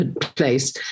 place